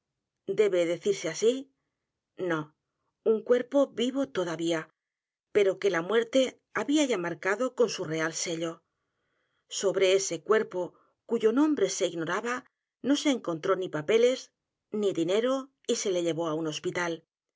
debe decirse así no un cuerpo vivo todavía pero que la muerte había ya marcado con su real sello sobre ese cuerpo cuyo nombre se ignoraba no se encontró ni papeles ni dinero y se le llevó á un hospital